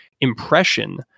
impression